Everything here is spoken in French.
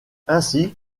ainsi